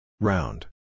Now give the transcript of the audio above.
Round